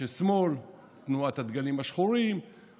אז אני רואה ששני שרים לא מקשיבים לי: